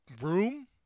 room